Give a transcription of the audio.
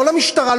לא למשטרה,